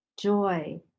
joy